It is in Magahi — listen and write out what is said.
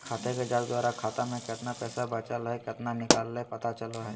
खाते के जांच द्वारा खाता में केतना पैसा बचल हइ केतना निकलय पता चलो हइ